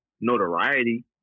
notoriety